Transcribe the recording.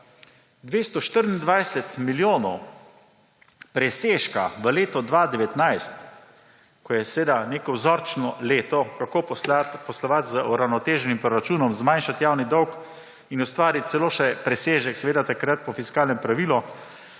224 milijonov presežka v letu 2019, ki je seveda neko vzorčno leto, kako poslovati z uravnoteženim proračunom, zmanjšati javni dolg in ustvariti celo še presežek, seveda takrat po fiskalnem pravilu,